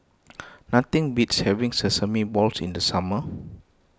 nothing beats having Sesame Balls in the summer